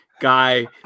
guy